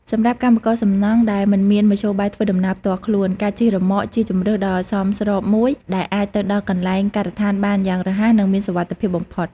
សម្រាប់កម្មករសំណង់ដែលមិនមានមធ្យោបាយធ្វើដំណើរផ្ទាល់ខ្លួន ការជិះរ៉ឺម៉កជាជម្រើសដ៏សមស្របមួយដែលអាចទៅដល់កន្លែងការដ្ឋានបានយ៉ាងរហ័សនិងមានសុវត្ថិភាពបំផុត។